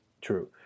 true